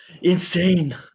insane